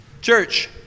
Church